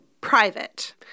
private